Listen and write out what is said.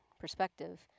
perspective